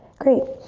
great,